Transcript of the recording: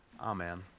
Amen